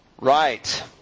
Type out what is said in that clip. Right